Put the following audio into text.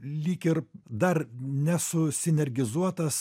lyg ir dar nesusinergizuotas